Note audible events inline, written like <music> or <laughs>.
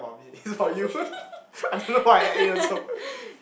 <laughs>